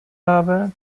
habe